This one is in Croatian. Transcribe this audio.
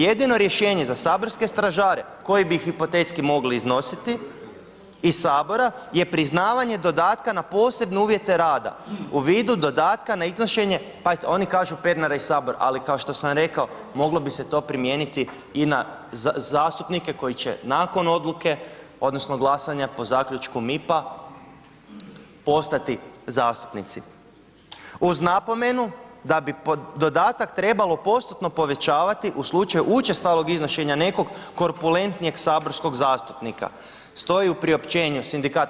Jedino rješenje za saborske stražare koji bi ih hipotetski mogli iznositi iz sabora je priznavanje dodatka na posebne uvjete rada u vidu dodatka na iznošenje, pazite oni kažu Pernara iz sabora, ali kao što sam rekao moglo bi se to primijeniti i na zastupnike koji će nakon odluke odnosno glasanja po zaključku MIP-a postati zastupnici, uz napomenu da bi dodatak trebalo postotno povećavati u slučaju učestalog iznošenja nekog korpulentnog saborskog zastupnika, stoji u priopćenju sindikata.